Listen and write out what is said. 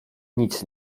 nic